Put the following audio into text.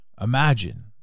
Imagine